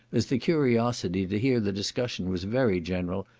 as the curiosity to hear the discussion was very general,